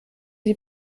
sie